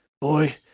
boy